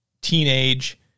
teenage